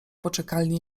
poczekalni